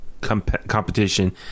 competition